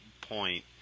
point